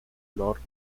north